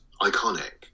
iconic